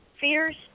feeders